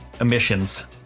emissions